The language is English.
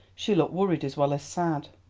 she looked worried as well as sad.